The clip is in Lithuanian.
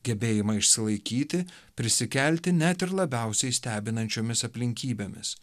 gebėjimą išsilaikyti prisikelti net ir labiausiai stebinančiomis aplinkybėmis